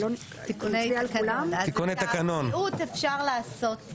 תיקוני תקנון של הבריאות אפשר לעשות.